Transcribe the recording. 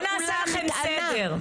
בואו נעשה לכם סדר.